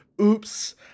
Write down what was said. oops